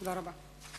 תודה רבה.